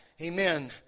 Amen